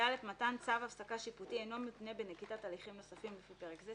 (ד)מתן צו הפסקה שיפוטי אינו מותנה בנקיטת הליכים נוספים לפי פרק זה.